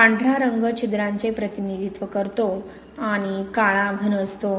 पांढरा रंग छिद्रांचे प्रतिनिधित्व करतो आणि काळा घन असतो